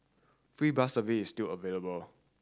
free bus service is still available